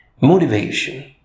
Motivation